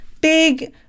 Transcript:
big